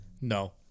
No